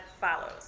follows